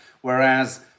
whereas